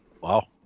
Wow